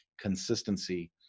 consistency